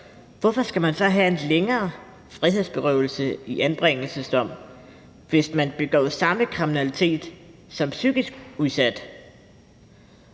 hvorfor skal man så have en længere frihedsberøvelse i anbringelsesdom, hvis man begår samme kriminalitet som psykisk udsat?